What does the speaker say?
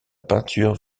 peinture